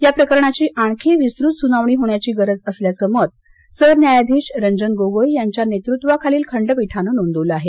या प्रकरणाची आणखी विस्तृत सुनावणी होण्याची गरज असल्याचं मत सरन्यायाधीश रंजन गोगोई यांच्या नेतृत्वाखालील खंडपीठानं नोंदवलं आहे